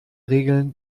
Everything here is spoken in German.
regeln